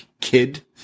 kid